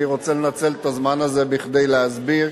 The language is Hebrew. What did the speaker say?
אני רוצה לנצל את הזמן הזה כדי להסביר,